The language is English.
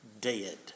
dead